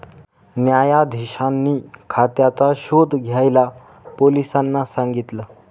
न्यायाधीशांनी खात्याचा शोध घ्यायला पोलिसांना सांगितल